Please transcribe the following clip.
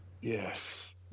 Yes